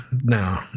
No